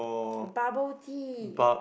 bubble tea